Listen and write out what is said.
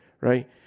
Right